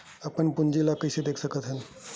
अपन पूंजी ला कइसे देख सकत हन?